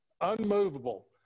unmovable